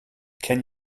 can